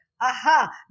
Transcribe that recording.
aha